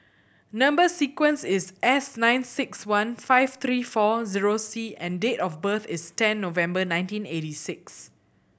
number sequence is S nine six one five three four zero C and date of birth is ten November nineteen eighty six